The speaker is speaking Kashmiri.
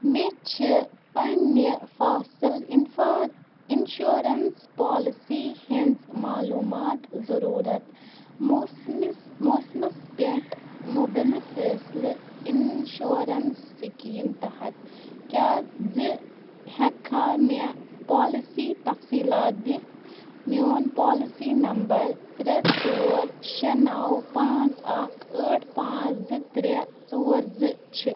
مےٚ چھِ پننہِ فصٕل انفار انشوریٚنٕس پوٛالسی ہنٛز معلوٗمات ضروٗرَت موسمِس موسمَس پٮ۪ٹھ مبنی فٲصلہٕ انشوریٚنٕس سکیٖم تحت کیٛاہ زِ ژٕ ہیٚکہِ کھا مےٚ پوٛالسی تفصیٖلات دِتھ میٛوٗن پوٛالسۍ نمبر ترٛےٚ ژور شےٚ نَو پانٛژھ اکھ ٲٹھ پانٛژھ زٕ ترٛےٚ ژور زٕ چھُ